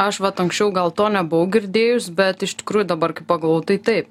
aš vat anksčiau gal to nebuvau girdėjus bet iš tikrųjų dabar kai pagalvoju tai taip